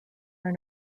are